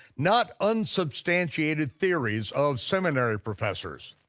not unsubstantiated theories of seminary professors.